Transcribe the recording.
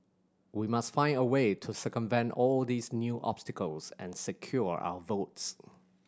we must find a way to circumvent all these new obstacles and secure our votes